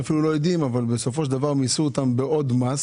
מיסו אותם בעוד מס